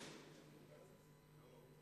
אתה